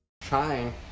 Trying